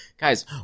guys